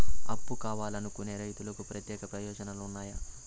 అప్పు కావాలనుకునే రైతులకు ప్రత్యేక ప్రయోజనాలు ఉన్నాయా?